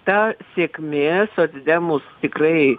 ta sėkmė socdemus tikrai